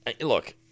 look